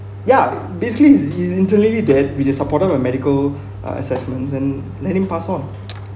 ya basically he's in literally dead which is supported by medical uh assessments and let him pass off